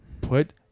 put